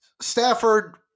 Stafford